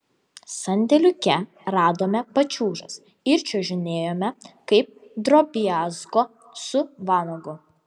sandėliuke radome pačiūžas ir čiuožinėjome kaip drobiazko su vanagu